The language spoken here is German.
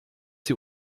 sie